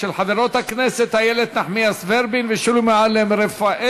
של חברות הכנסת איילת נחמיאס ורבין ושולי מועלם-רפאלי.